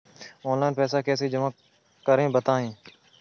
Online पैसा कैसे जमा करें बताएँ?